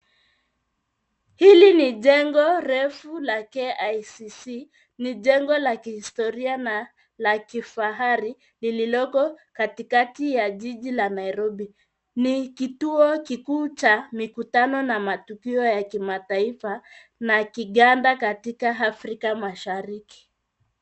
Hili ni jengo refu la KICC, ni jengo la kihistoria na la kifahari lililoko katikati ya jiji la Nairobi. Ni kituo kikuu cha mikutano na matukio ya kimataifa la kiganda katika Afrika Mashariki.